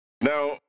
Now